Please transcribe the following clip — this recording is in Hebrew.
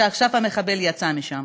שעכשיו המחבל יצא ממנו.